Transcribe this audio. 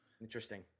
Interesting